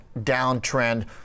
downtrend